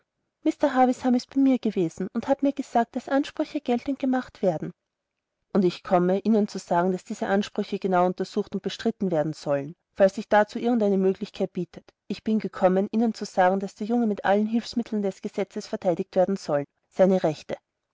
mr havisham ist bei mir gewesen und hat mir gesagt daß ansprüche geltend gemacht werden und ich komme ihnen zu sagen daß diese ansprüche genau untersucht und bestritten werden sollen falls sich dazu irgend eine möglichkeit bietet ich bin gekommen ihnen zu sagen daß der junge mit allen hilfsmitteln des gesetzes verteidigt werden soll seine rechte